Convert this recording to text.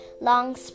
long